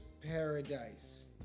Paradise